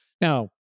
Now